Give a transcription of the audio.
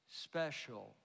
special